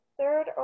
Third